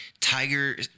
Tiger